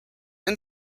and